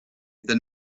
than